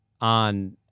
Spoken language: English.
on –